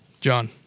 John